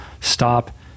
stop